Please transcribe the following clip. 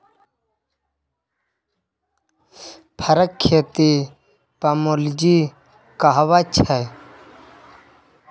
फरक खेती पामोलोजी कहाबै छै